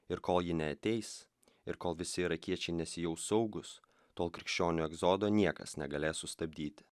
ir kol ji neateis ir kol visi irakiečiai nesijaus saugūs tol krikščionių egzodo niekas negalės sustabdyti